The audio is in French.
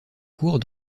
cours